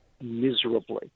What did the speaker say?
miserably